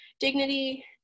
Dignity